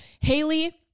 Haley